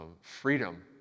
freedom